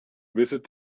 visit